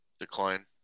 decline